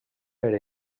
per